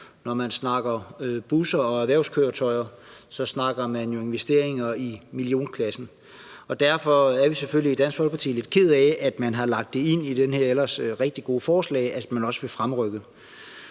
Når man snakker busser og erhvervskøretøjer, snakker man investeringer i millionklassen, og derfor er vi selvfølgelig i Dansk Folkeparti lidt kede af, at man har lagt det at fremrykke ind i det her ellers rigtig gode forslag. Så er det